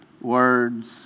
words